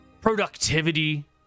productivity